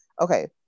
okay